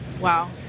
wow